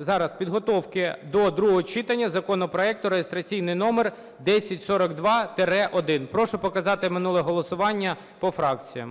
строків підготовки до другого читання законопроекту (реєстраційний номер 1042-1). Прошу показати минуле голосування по фракціях.